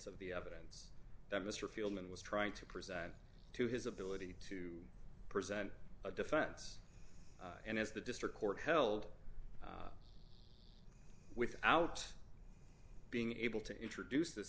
of the evidence that mr fielding was trying to present to his ability to present a defense and as the district court held without being able to introduce this